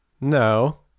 No